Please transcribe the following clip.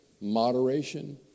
moderation